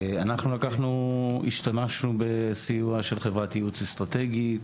אנחנו השתמשנו בסיוע של חברת ייעוץ אסטרטגי,